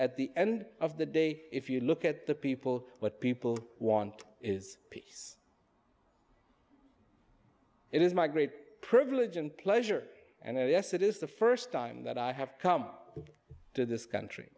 at the end of the day if you look at the people what people want is it is my great privilege and pleasure and yes it is the first time that i have come to this country